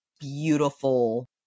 beautiful